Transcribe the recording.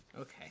Okay